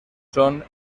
son